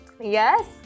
yes